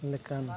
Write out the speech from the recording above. ᱞᱮᱠᱟᱱ